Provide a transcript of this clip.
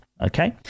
Okay